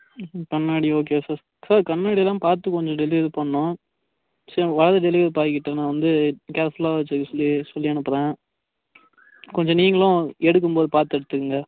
ம் கண்ணாடி okay sir sir கண்ணாடிலாம் பார்த்து கொஞ்சம் டெலிவரி பண்ணனும் சரி வர டெலிவரி பாய்கிட்ட நான் வந்து கேர்ஃபுல்லாக வைச்சிக்க சொல்லி சொல்லி அனுப்புகிறேன் கொஞ்சம் நீங்களும் எடுக்கும்போது பார்த்து எடுத்துக்குங்கள்